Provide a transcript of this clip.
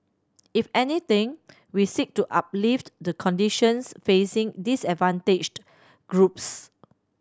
if anything we seek to uplift the conditions facing disadvantaged groups